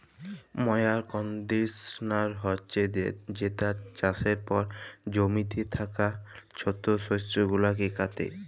ময়ার কল্ডিশলার হছে যেট চাষের পর জমিতে থ্যাকা ছট শস্য গুলাকে কাটে